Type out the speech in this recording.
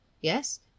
Yes